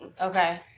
Okay